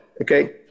Okay